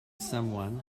someone